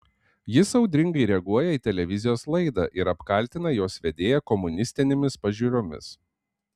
jis audringai reaguoja į televizijos laidą ir apkaltina jos vedėją komunistinėmis pažiūromis